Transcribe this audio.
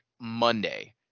Monday